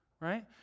Right